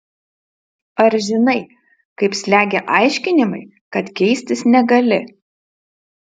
ar žinai kaip slegia aiškinimai kad keistis negali